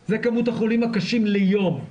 את כמות החולים הקשים ליום.